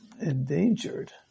endangered